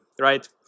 Right